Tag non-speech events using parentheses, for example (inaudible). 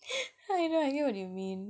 (breath) I know I know what you mean